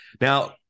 Now